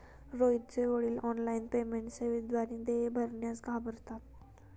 रोहितचे वडील online payment सेवेद्वारे देय भरण्यास घाबरतात